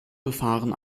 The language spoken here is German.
befahren